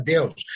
Deus